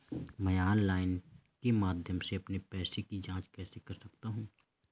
मैं ऑनलाइन के माध्यम से अपने पैसे की जाँच कैसे कर सकता हूँ?